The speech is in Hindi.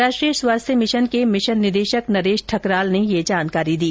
राष्ट्रीय स्वास्थ्य मिशन के मिशन निदेशक नरेश ठकराल ने ये जानकारी दी